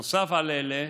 נוסף על אלה,